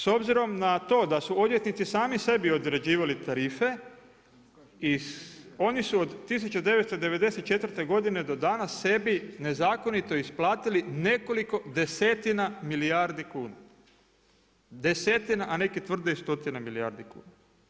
S obzirom na to da su odvjetnici sami sebi određivali tarife i oni su od 1994. godine do danas sebi nezakonito isplatili nekoliko desetina milijardi kuna, desetina, a neki tvrde i stotine milijardi kuna.